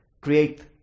create